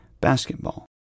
basketball